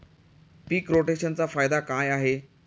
पीक रोटेशनचा फायदा काय आहे?